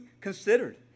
considered